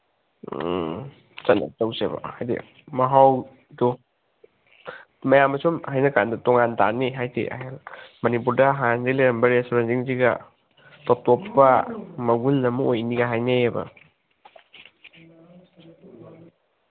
ꯎꯝ ꯆꯠꯂꯨꯁꯦꯕ ꯍꯥꯏꯗꯤ ꯃꯍꯥꯎꯗꯣ ꯃꯌꯥꯝꯅ ꯁꯨꯝ ꯍꯥꯏꯅ ꯀꯥꯟꯗ ꯇꯣꯉꯥꯟ ꯇꯥꯅꯤ ꯍꯥꯏꯅꯩ ꯃꯅꯤꯄꯨꯔꯗ ꯍꯥꯟꯅꯗꯒꯤ ꯂꯩꯔꯝꯕ ꯔꯦꯁꯇꯨꯔꯦꯟꯁꯤꯡꯁꯤꯒ ꯇꯣꯞ ꯇꯣꯞꯄ ꯃꯒꯨꯟ ꯑꯃ ꯑꯣꯏꯅꯤꯒ ꯍꯥꯏꯅꯩꯌꯦꯕ